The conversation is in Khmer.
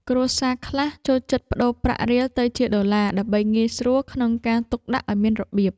គ្រួសារខ្លះចូលចិត្តប្តូរប្រាក់រៀលទៅជាដុល្លារ ដើម្បីងាយស្រួលក្នុងការទុកដាក់ឱ្យមានរបៀប។